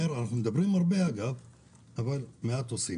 אנחנו מדברים הרבה, אבל עושים מעט.